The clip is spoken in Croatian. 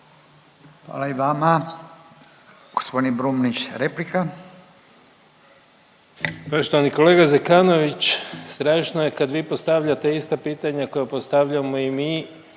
Hvala i vama. Gospodin Brumnić, replika.